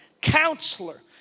Counselor